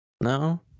no